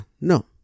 No